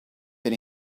been